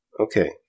Okay